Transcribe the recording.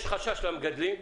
אסף, יש למגדלים חשש.